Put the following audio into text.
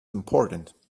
important